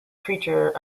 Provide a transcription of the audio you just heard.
creature